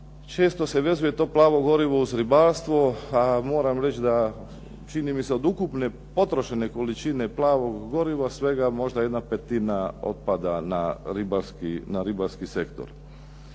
često se vezuje to plavo gorivo za ribarstvo, ali čini mi se od ukupne potrošene količine plavog goriva svega možda 1/5 otpada na ribarski sektor.